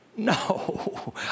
No